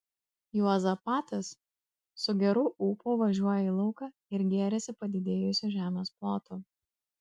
juozapatas su geru ūpu važiuoja į lauką ir gėrisi padidėjusiu žemės plotu